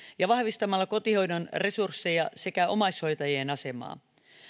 ja vahvistamalla kotihoidon resursseja sekä omaishoitajien asemaa